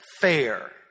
fair